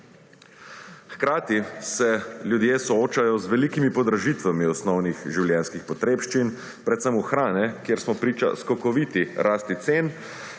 Hkrati se ljudje soočajo z velikimi podražitvami osnovnih življenjskih potrebščin, predvsem hrane, kjer smo priča skokoviti rasti cen,